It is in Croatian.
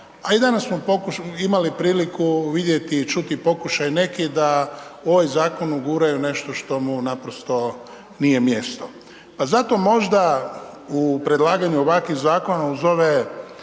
a i danas smo imali priliku vidjeti i čuti pokušaj nekih da u ovaj zakon uguraju nešto što mu naprosto nije mjesto. Pa zato možda u predlaganju ovakvih zakona uz ove